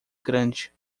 grande